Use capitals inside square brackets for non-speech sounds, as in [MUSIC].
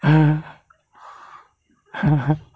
[LAUGHS]